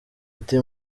ati